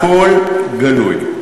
הכול שקוף, הכול גלוי.